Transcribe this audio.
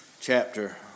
chapter